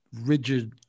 rigid